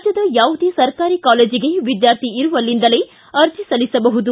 ರಾಜ್ಯದ ಯಾವುದೇ ಸರಕಾರಿ ಕಾಲೇಜಿಗೆ ವಿದ್ವಾರ್ಥಿ ಇರುವಲ್ಲಿಂದಲೇ ಅರ್ಜಿ ಸಲ್ಲಿಸಬಹುದು